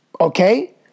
Okay